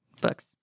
books